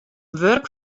wurk